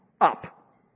up